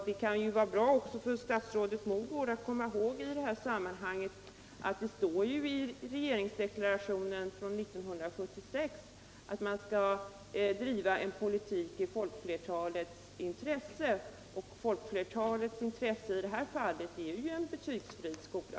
Det kan vara bra för statsrådet Mogård att komma ihåg i det här sammanhanget, att det står i regeringsdeklarationen från 1976 att man skall driva en politik i folkflertalets intresse — och folkflertalets intresse i det här fallet är en betygsfri skola.